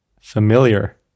Familiar